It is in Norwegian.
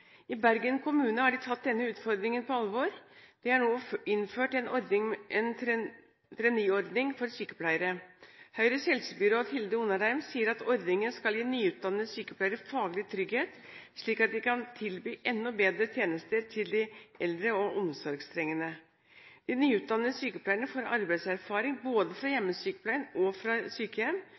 I Bergen kommune har de tatt denne utfordringen på alvor. De har nå innført en trainee-ordning for sykepleiere. Høyres helsebyråd, Hilde Onarheim, sier at ordningen skal gi nyutdannede sykepleiere faglig trygghet, slik at de kan tilby enda bedre tjenester til de eldre og omsorgstrengende. De nyutdannede sykepleierne får arbeidserfaring, både fra hjemmesykepleien og fra sykehjem.